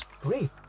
great